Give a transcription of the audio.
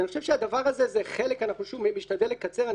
אני משתדל לקצר.